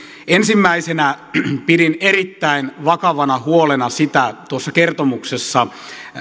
ensimmäisenä pidin erittäin vakavana huolena tuossa kertomuksessa